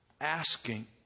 asking